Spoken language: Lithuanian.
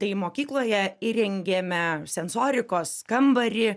tai mokykloje įrengėme sensorikos kambarį